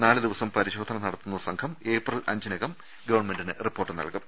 നാലു ദിവസം പരിശോധന നടത്തുന്ന സംഘം ഏപ്രിൽ അഞ്ചിനകം ഗവൺമെന്റിന് റിപ്പോർട്ട് നൽകും